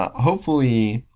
ah hopefully,